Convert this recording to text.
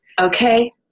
Okay